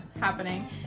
happening